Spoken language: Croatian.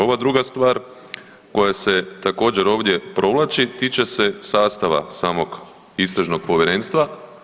Ova druga stvar koja se također ovdje provlači tiče se sastava samog istražnog povjerenstva.